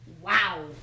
Wow